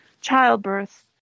Childbirth